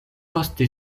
poste